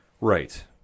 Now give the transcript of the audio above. Right